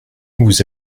vous